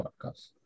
podcast